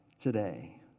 today